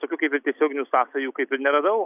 tokių kaip ir tiesioginių sąsajų kaip ir neradau